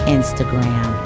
Instagram